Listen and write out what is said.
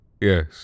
Yes